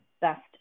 best